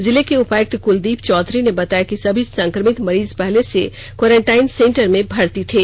जिले के उपायुक्त कुलदीप चौधरी ने बताया कि सभी संक्रमित मरीज पहले से क्वारंटाइन सेंटर में भर्त्ती थे